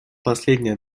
последняя